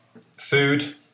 food